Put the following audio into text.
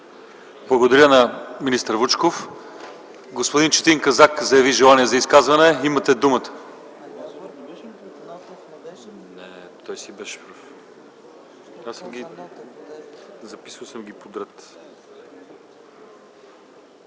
Благодаря на заместник-министър Вучков. Господин Четин Казак заяви желание за изказване. Имате думата.